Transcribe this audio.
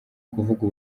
kuvuga